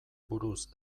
buruz